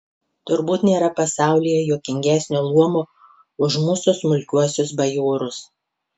turbūt nėra pasaulyje juokingesnio luomo už mūsų smulkiuosius bajorus